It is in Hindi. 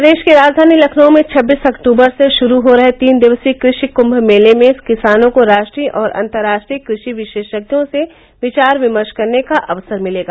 प्रदेश के राजधानी लखनऊ में छब्बीस अक्टूबर से शुरू हो रहे तीन दिवसीय कृषि कुम्म मेले में किसानों को राष्ट्रीय और अन्तर्राष्ट्रीय कृषि विशेषज्ञों से विचार विमर्श करने का अवसर मिलेगा